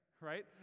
right